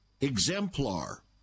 exemplar